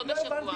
לא בשבוע.